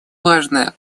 важное